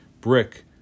Brick